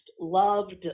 loved